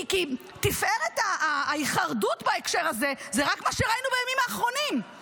כי תפארת ההיחרדות בהקשר הזה זה רק מה שראינו בימים האחרונים.